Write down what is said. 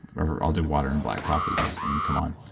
i'll do water and black coffee because come on,